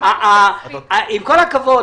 עם כל הכבוד,